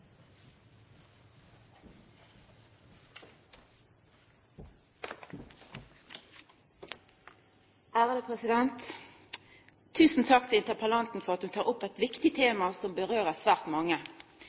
nok heltidsstillinger. Tusen takk til interpellanten for at ho tek opp eit viktig